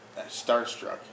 starstruck